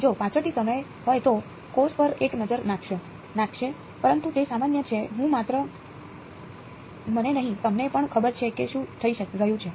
જો પાછળથી સમય હોય તો કોર્સ પર એક નજર નાખશે પરંતુ તે સામાન્ય છે હું માત્ર મને નહીં તમને પણ ખબર છે કે શું થઈ રહ્યું છે